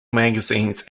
magazines